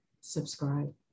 subscribe